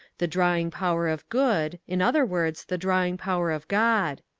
the drawing power of good in other words, the drawing power of god.